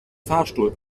fahrstuhl